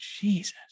Jesus